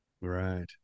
Right